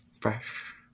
fresh